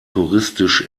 touristisch